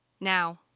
Now